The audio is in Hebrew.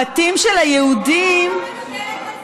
הבתים של היהודים, אני לא מקבלת את זה.